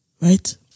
Right